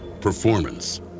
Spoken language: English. performance